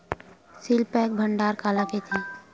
Seal pack भंडारण काला कइथे?